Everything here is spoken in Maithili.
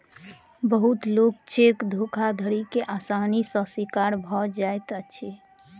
बहुत लोक चेक धोखाधड़ी के आसानी सॅ शिकार भ जाइत अछि